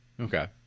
Okay